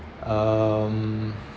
um